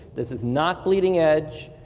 this is not bleeding edge,